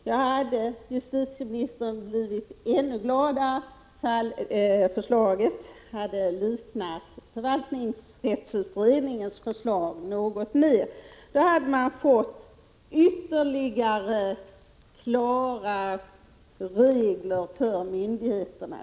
Jag hade, herr justitieminister, varit ännu gladare om förslaget hade liknat förvaltningsrättsutredningens förslag något mer. Då hade myndigheterna fått ännu klarare regler.